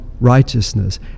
righteousness